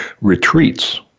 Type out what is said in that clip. retreats